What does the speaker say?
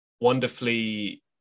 wonderfully